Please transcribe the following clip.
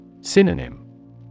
Synonym